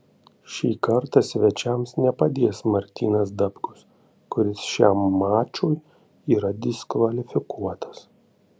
šį kartą svečiams nepadės martynas dapkus kuris šiam mačui yra diskvalifikuotas